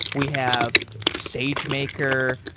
we have sagemaker,